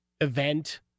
event